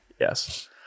yes